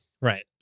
Right